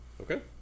Okay